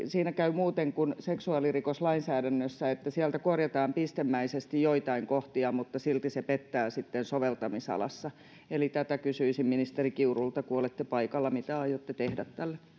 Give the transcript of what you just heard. siinä käy muuten kuin seksuaalirikoslainsäädännössä että sieltä korjataan pistemäisesti joitain kohtia mutta silti se pettää sitten soveltamisalassa eli tätä kysyisin ministeri kiurulta kun olette paikalla mitä aiotte tehdä tälle